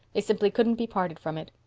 they simply couldn't be parted from it.